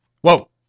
Whoa